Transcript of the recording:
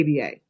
ABA